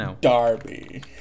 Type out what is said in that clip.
Darby